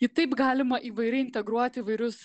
jį taip galima įvairiai integruot įvairius